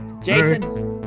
Jason